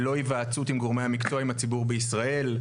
ללא היוועצות עם גורמי המקצוע, עם הציבור בישראל.